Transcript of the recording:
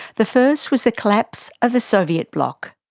the first was the collapse of the soviet bloc.